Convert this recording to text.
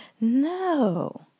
No